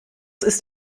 ist